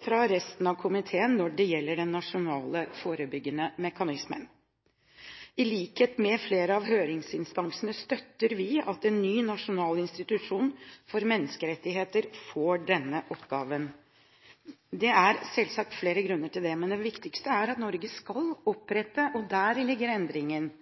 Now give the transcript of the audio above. fra resten av komiteen når det gjelder den nasjonale forebyggende mekanismen. I likhet med flere av høringsinstansene støtter vi at en ny nasjonal institusjon for menneskerettigheter får denne oppgaven. Det er selvsagt flere grunner til det. I 2009 hadde vi en nasjonal institusjon for menneskerettigheter. Her ligger endringen –